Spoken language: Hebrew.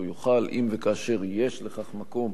והוא יוכל, אם וכאשר יש לכך מקום,